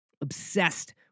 obsessed